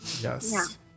Yes